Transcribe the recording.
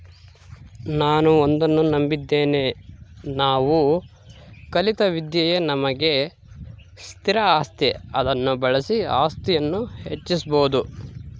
ನಾನು ಒಂದನ್ನು ನಂಬಿದ್ದೇನೆ ನಾವು ಕಲಿತ ವಿದ್ಯೆಯೇ ನಮಗೆ ಸ್ಥಿರ ಆಸ್ತಿ ಅದನ್ನು ಬಳಸಿ ಆಸ್ತಿಯನ್ನು ಹೆಚ್ಚಿಸ್ಬೋದು